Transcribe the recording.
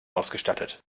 ausgestattet